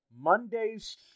Monday's